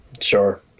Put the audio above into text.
sure